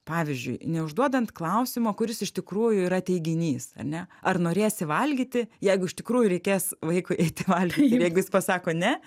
pavyzdžiui neužduodant klausimo kuris iš tikrųjų yra teiginys ar ne ar norėsi valgyti jeigu iš tikrųjų reikės vaikui eiti valgyti jeigu jis pasako ne